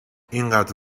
اینقدر